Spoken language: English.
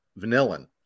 vanillin